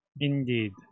Indeed